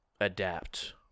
adapt